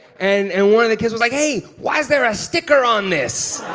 and and one of the kids was like, hey, why is there a sticker on this?